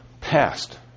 passed